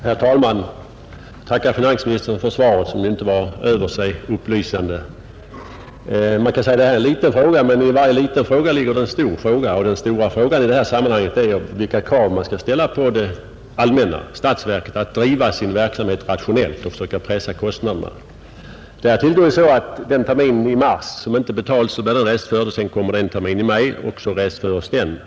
Herr talman! Jag tackar finansministern för svaret, som ju inte var över sig upplysande. Man kan säga att detta är en liten fråga, men i varje liten fråga ligger det en stor, och den stora frågan i det här sammanhanget är vilka krav man skall ställa på statsverket när det gäller att bedriva verksamheten rationellt och försöka pressa kostnaderna. Det går ju till så att först restförs den skatt som inte erlagts i mars. Sedan kommer det en termin till i maj, och så restförs den.